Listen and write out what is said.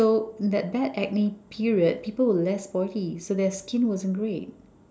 so that that acne period people were less sporty so their skin wasn't great